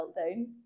meltdown